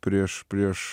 prieš prieš